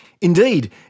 Indeed